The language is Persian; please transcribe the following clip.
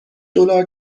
دلار